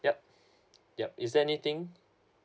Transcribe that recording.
yup yup is there anything